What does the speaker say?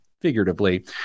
figuratively